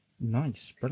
nice